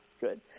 Good